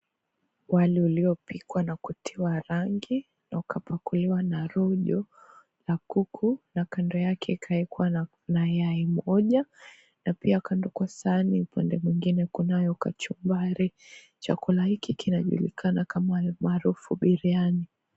Wali uliopikwa na kutiwa rangi na ukapakuliwa na rojo na kuku na kando yake ikaekwa na yai moja na pia kando kwa sahani upande mwingine kunayo kachumbari. Chakula hiki kinajulikana kama almaarufu biriani.